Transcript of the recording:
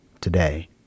today